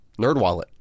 NerdWallet